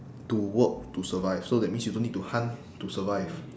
to work to survive so that means you don't need to hunt to survive